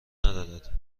ندارد